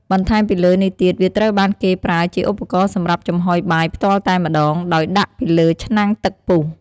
បន្ថែមពីលើនេះទៀត វាត្រូវបានគេប្រើជាឧបករណ៍សម្រាប់ចំហុយបាយផ្ទាល់តែម្ដង ដោយដាក់ពីលើឆ្នាំងទឹកពុះ។